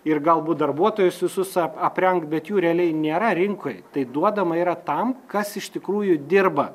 ir galbūt darbuotojus visus aprengt bet jų realiai nėra rinkoj tai duodama yra tam kas iš tikrųjų dirba